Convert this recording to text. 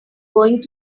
going